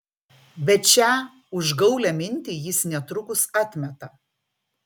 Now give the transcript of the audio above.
bet šią užgaulią mintį jis netrukus atmeta